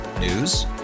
News